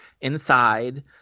inside